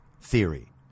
theory